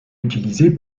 utilisé